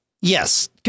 yes